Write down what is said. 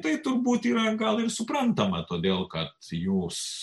tai turbūt yra gal ir suprantama todėl kad jūs